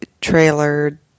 trailer